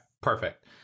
perfect